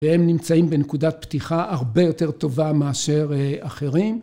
והם נמצאים בנקודת פתיחה הרבה יותר טובה מאשר אחרים.